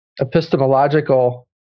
epistemological